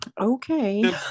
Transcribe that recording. okay